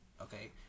okay